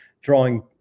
drawing